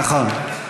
נכון.